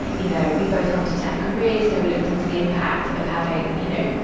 you know. we both wanted to have careers, so we looked into the impact of having, you know,